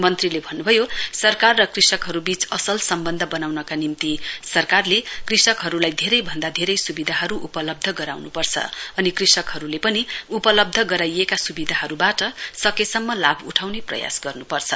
मन्त्रीले भन्नुभयो सरकार र कृषकहरूबीच असल सम्बन्ध बनाउनका निम्ति सरकारले कृषकहरूलाई धेरै भन्दा धेरै सुविधाहरू उपलब्ध गराउन्पर्छ अनि कृषकहरूले पनि उपलब्ध गराइएका सुविधाहरूबाट सकेसम्म लाभ उठाउने प्रयास गर्नुपर्छ